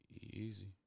Easy